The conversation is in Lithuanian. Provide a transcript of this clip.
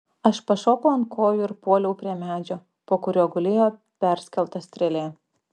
aš pašokau ant kojų ir puoliau prie medžio po kuriuo gulėjo perskelta strėlė